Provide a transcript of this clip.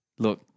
Look